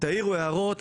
תעירו הערות,